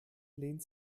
lehnt